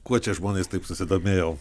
kuo čia žmonės taip susidomėjau